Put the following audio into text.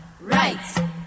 right